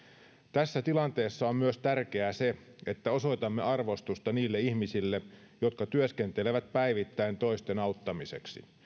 tässä tilanteessa on myös tärkeää se että osoitamme arvostusta niille ihmisille jotka työskentelevät päivittäin toisten auttamiseksi